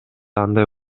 андай